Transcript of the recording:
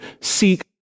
seek